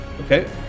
Okay